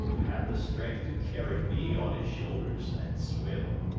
to have the strength to carry me on his shoulders and swim?